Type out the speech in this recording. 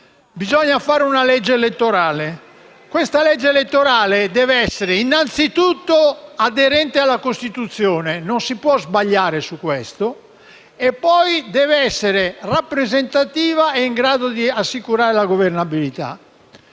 Bisogna fare una legge elettorale che deve essere innanzi tutto aderente alla Costituzione - non si può sbagliare su questo - nonché rappresentativa e in grado di assicurare la governabilità.